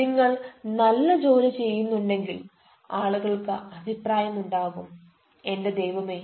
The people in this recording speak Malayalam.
നിങ്ങൾ നല്ല ജോലി ചെയ്യുന്നുണ്ടെങ്കിൽ ആളുകൾക്ക് അഭിപ്രായമുണ്ടാകും എന്റെ ദൈവമേ